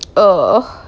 uh